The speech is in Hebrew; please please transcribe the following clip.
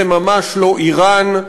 זה ממש לא איראן,